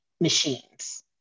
machines